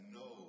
no